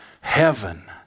heaven